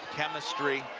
chemistry,